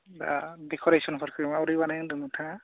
दा देकरेसनफोरखो माबोरै बानायनो होनदों नोंथाङा